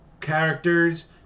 characters